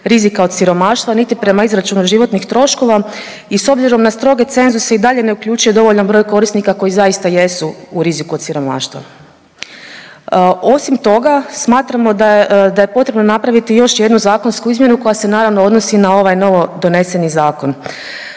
rizika od siromaštva niti prema izračunu životnih troškova i s obzirom na stroge cenzuse i dalje ne uključuje dovoljan broj korisnika koji zaista jesu u riziku od siromaštva. Osim toga smatramo da je potrebno napraviti još jednu zakonsku izmjenu koja se naravno odnosi na ovaj novodoneseni zakon.